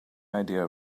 idea